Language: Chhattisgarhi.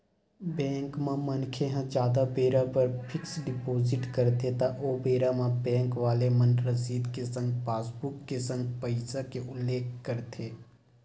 बेंक म मनखे ह जादा बेरा बर फिक्स डिपोजिट करथे त ओ बेरा म बेंक वाले मन रसीद के संग पासबुक के संग पइसा के उल्लेख करथे